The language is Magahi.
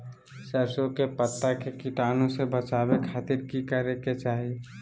सरसों के पत्ता के कीटाणु से बचावे खातिर की करे के चाही?